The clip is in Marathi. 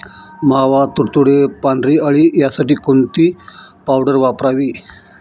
मावा, तुडतुडे, पांढरी अळी यासाठी कोणती पावडर वापरावी?